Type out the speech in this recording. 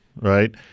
right